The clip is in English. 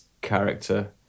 character